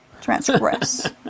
Transgress